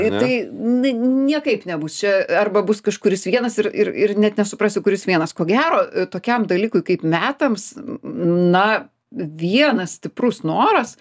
ir tai n niekaip nebus čia arba bus kažkuris vienas ir ir ir net nesuprasi kuris vienas ko gero tokiam dalykui kaip metams n na vienas stiprus noras